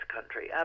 country